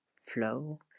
flow